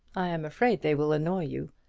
i am afraid they will annoy you.